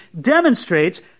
demonstrates